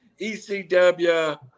ECW